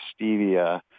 stevia